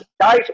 guys